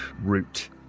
route